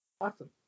awesome